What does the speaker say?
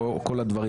במאפיות